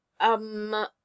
Um